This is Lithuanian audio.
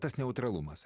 tas neutralumas